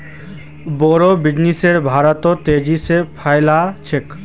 बोड़ो बिजनेस भारतत तेजी से फैल छ